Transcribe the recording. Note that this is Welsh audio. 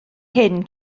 hyn